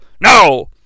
No